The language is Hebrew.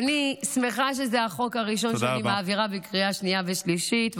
אני שמחה שזה החוק הראשון שאני מעבירה בקריאה שנייה ושלישית,